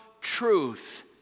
truth